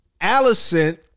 Allison